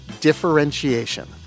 differentiation